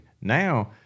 Now